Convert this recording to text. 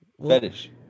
Fetish